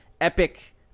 Epic